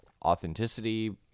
authenticity